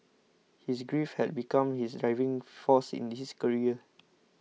his grief had become his driving force in his career